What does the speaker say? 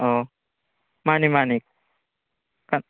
ꯑꯧ ꯃꯥꯅꯤ ꯃꯥꯅꯤ ꯀꯅꯥ